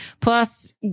plus